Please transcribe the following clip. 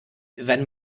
wenn